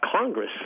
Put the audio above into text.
Congress